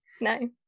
No